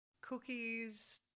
cookies